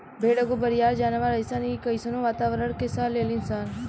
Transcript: भेड़ एगो बरियार जानवर हइसन इ कइसनो वातावारण के सह लेली सन